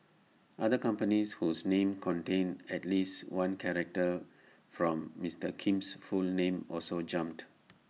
other companies whose names contained at least one character from Mister Kim's full name also jumped